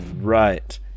right